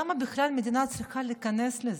למה בכלל מדינה צריכה להיכנס לזה?